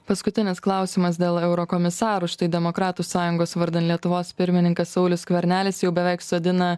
paskutinis klausimas dėl eurokomisarų štai demokratų sąjungos vardan lietuvos pirmininkas saulius skvernelis jau beveik sodina